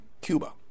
Cuba